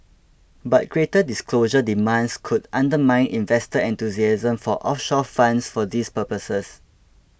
but greater disclosure demands could undermine investor enthusiasm for offshore funds for these purposes